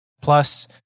Plus